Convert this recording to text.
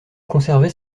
conservait